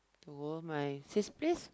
to go my sis place